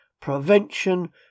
prevention